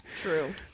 True